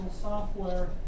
software